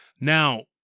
Now